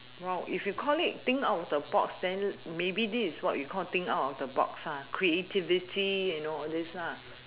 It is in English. !wow! if you call it think out of the box then maybe this is what we call think out of the box lah creativity you know all this lah